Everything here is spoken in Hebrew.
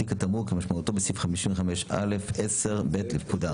"תיק תמרוק" כמשמעותו בסעיף 55א10(ב) לפקודה.